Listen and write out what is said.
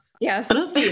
yes